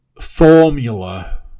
formula